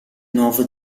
nuovo